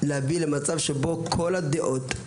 להביא למצב שבו כל הדעות,